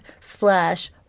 slash